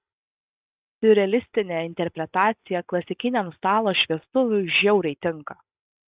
siurrealistinė interpretacija klasikiniam stalo šviestuvui žiauriai tinka